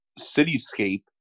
cityscape